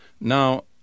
Now